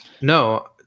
No